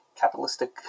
capitalistic